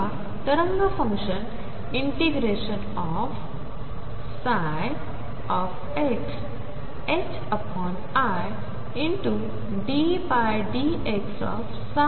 किंवा तरंग function ∫iddxψ dx